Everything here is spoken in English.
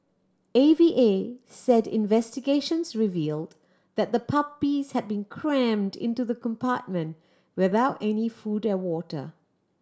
A V A said investigations revealed that the puppies have been crammed into the compartment without any food and water